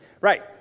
Right